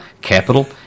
capital